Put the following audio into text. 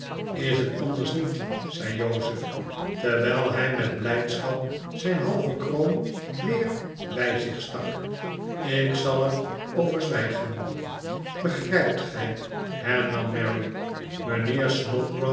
is het anders niet zei jozef terwijl hij met blijdschap zijn halve kroon weer bij zich stak ik zal er over zwijgen begrijpt gij hernam mary mijnheer snodgrass